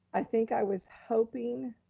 i think i was hoping